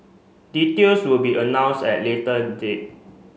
details will be announce at later date